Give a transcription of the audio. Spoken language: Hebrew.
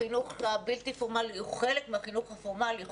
החינוך הבלתי פורמלי הוא חלק מהחינוך הפורמלי.